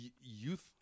youth